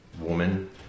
woman